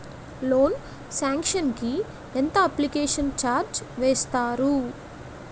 Loan sanction కి ఎంత application charge వేస్తారు?